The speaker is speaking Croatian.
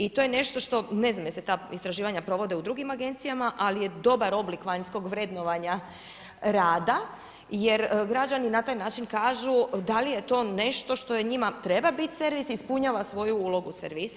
I to je nešto što, ne znam je li se ta istraživanja provode u drugim agencijama ali je dobar oblik vanjskog vrednovanja rada jer građani na taj način kažu da li je to nešto što njima treba biti servis, ispunjava svoju ulogu servisa.